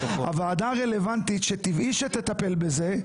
הוועדה הרלוונטית שטבעי שתטפל בזה,